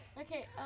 Okay